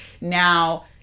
Now